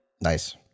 nice